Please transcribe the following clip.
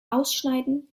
ausschneiden